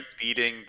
beating